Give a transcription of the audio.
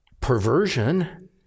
perversion